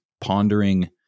pondering